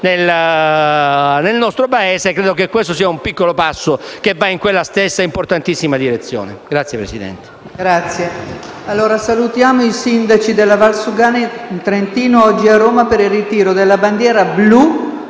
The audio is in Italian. nel nostro Paese, credo che questo sia un piccolo passo che va in quella stessa importantissima direzione. *(Applausi